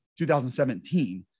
2017